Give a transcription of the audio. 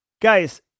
Guys